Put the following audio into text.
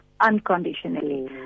unconditionally